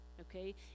okay